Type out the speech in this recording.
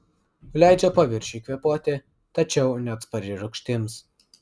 leidžia paviršiui kvėpuoti tačiau neatspari rūgštims